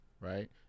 right